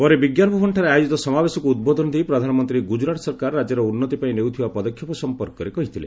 ପରେ ବିଜ୍ଞାନଭବନଠାରେ ଆୟୋଜିତ ସମାବେଶକୁ ଉଦ୍ବୋଧନ ଦେଇ ପ୍ରଧାନମନ୍ତ୍ରୀ ଗୁଜରାଟ ସରକାର ରାଜ୍ୟର ଉନ୍ନତି ପାଇଁ ନେଉଥିବା ପଦକ୍ଷେପ ସଂପର୍କରେ କହିଥିଲେ